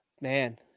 Man